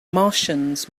martians